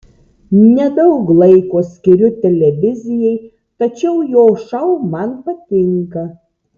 nedaug laiko skiriu televizijai tačiau jo šou man patinka